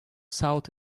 sought